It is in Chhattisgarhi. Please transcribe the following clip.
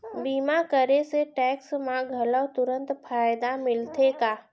बीमा करे से टेक्स मा घलव तुरंत फायदा मिलथे का?